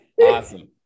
Awesome